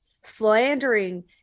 slandering